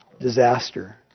disaster